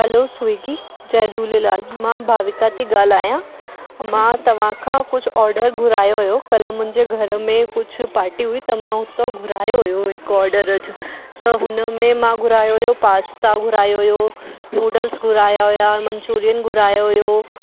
हलो Swiggy जय झूलेलाल मां भाविका थी ॻाल्हायां मां तव्हांखां कुझु ऑडर घुरायो हुओ काल्ह मुंहिंजे घर में कुझु पार्टी हुई त मां हुतां घुरायो हुओ हिकु ऑडर अॼु त हुन में मां घुरायो हुओ पास्ता घुरायो हुओ नुडल्स घुराया हुआ मंचूरियन घुरायो हुओ